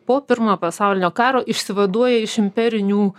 po pirmojo pasaulinio karo išsivaduoja iš imperinių